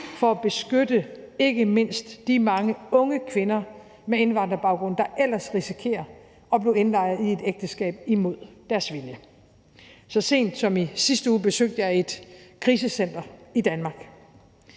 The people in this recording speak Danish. for at beskytte ikke mindst de mange unge kvinder med indvandrerbaggrund, der ellers risikerer at blive indlejret i et ægteskab imod deres vilje. Så sent som i sidste uge besøgte jeg et krisecenter i Danmark.